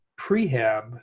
prehab